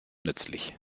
nützlich